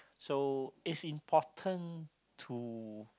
so is important to